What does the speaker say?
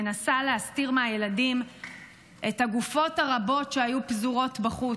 מנסה להסתיר מהילדים את הגופות הרבות שהיו פזורות בחוץ.